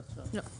לא.